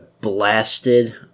blasted